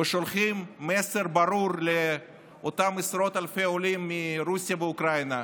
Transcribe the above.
ושולחים מסר ברור לאותם עשרות אלפי עולים מרוסיה ואוקראינה,